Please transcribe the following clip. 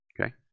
Okay